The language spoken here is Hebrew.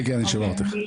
אז